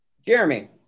Jeremy